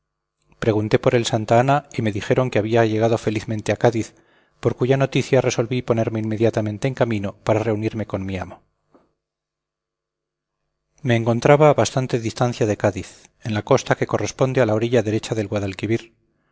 pregunté por el santa ana y me dijeron que había llegado felizmente a cádiz por cuya noticia resolví ponerme inmediatamente en camino para reunirme con mi amo me encontraba a bastante distancia de cádiz en la costa que corresponde a la orilla derecha del guadalquivir